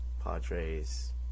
Padres